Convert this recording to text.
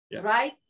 Right